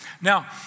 Now